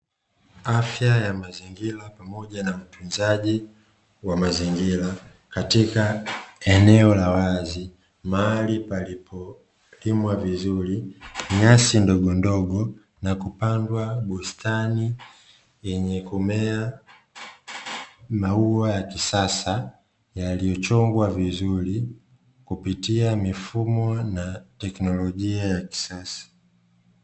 Afya ya mazingira pamoja na utunzaji wa mazingira katika eneo la wazi, mahali palipo limwa vizuri, nyasi ndogondogo na kupandwa bustani yenye kumea maua ya kisasa yaliyochongwa vizuri kupitia mifumo na teknolojia ya kisasa.